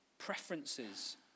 preferences